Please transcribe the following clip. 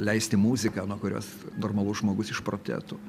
leisti muziką nuo kurios normalus žmogus išprotėtų